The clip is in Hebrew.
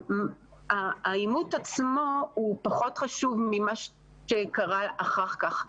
העימות עצמו פחות חשוב ממה שקרה אחר כך.